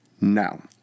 Now